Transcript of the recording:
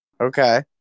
Okay